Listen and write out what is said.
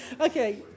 Okay